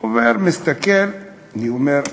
עובר, מסתכל, אני אומר: